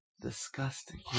Disgusting